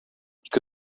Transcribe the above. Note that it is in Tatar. ике